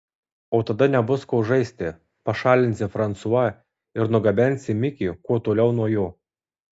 o tada nebus ko žaisti pašalinsi fransua ir nugabensi mikį kuo toliau nuo jo